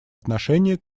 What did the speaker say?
отношение